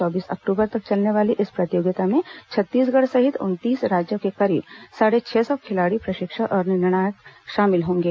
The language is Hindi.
चौबीस अक्टूबर तक चलने वाली इस प्रतियोगिता में छत्तीसगढ़ सहित उनतीस राज्यों के करीब साढ़े छह सौ खिलाड़ी प्रशिक्षक और निर्णायक शामिल होंगे